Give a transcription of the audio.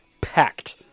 packed